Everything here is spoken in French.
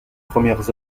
premières